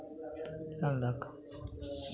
रहय दहक